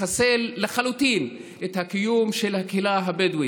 לחסל לחלוטין את הקיום של הקהילה הבדואית.